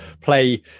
play